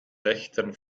wächtern